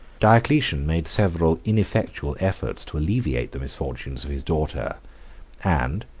diocletian made several ineffectual efforts to alleviate the misfortunes of his daughter and,